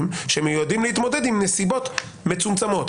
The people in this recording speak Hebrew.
שמיועדים להתמודד עם נסיבות מצומצמות.